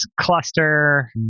cluster